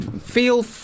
Feel